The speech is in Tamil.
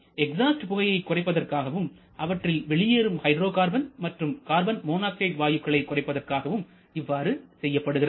மேலும் எக்ஸாஸ்ட் புகையை குறைப்பதற்காகவும் அவற்றில் வெளியேறும் ஹைட்ரோகார்பன் மற்றும் கார்பன் மோனாக்சைடு வாயுக்களை குறைப்பதற்கும் இவ்வாறு செய்யப்படுகிறது